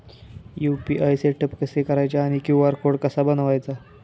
UPI setup कसे करायचे आणि क्यू.आर कोड कसा बनवायचा?